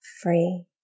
free